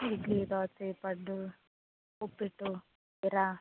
ಇಡ್ಲಿ ದೋಸೆ ಪಡ್ಡು ಉಪ್ಪಿಟ್ಟು ಶಿರಾ